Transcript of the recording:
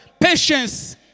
Patience